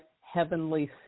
heavenly